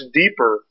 deeper